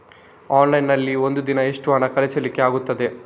Online ನಲ್ಲಿ ಒಂದು ದಿನ ಎಷ್ಟು ಹಣ ಕಳಿಸ್ಲಿಕ್ಕೆ ಆಗ್ತದೆ?